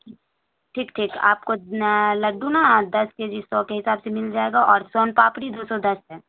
ٹھیک ٹھیک آپ کو نا لڈو نا دس کے جی سو کے حساب سے مل جائے گا اور سون پاپڑی دو سو دس ہے